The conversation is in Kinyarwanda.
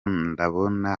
ndabona